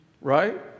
Right